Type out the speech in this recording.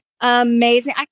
amazing